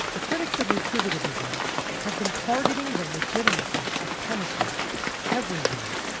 the critics of retributive ism have been targeting the legitimacy of punishment everywhere.